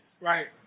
Right